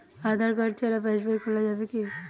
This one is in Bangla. আধার কার্ড ছাড়া পাশবই খোলা যাবে কি?